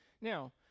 Now